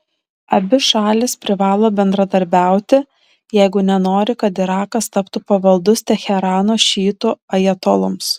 abi šalys privalo bendradarbiauti jeigu nenori kad irakas taptų pavaldus teherano šiitų ajatoloms